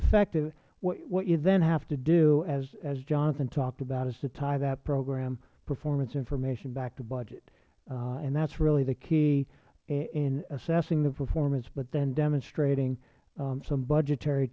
effective what you then have to do as jonathan talked about is to tie that program performance information back to budget and that is really the key in assessing the performance but then demonstrating some budgetary